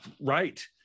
Right